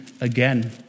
again